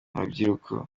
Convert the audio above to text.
rubyiruko